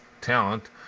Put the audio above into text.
talent